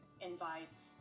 invites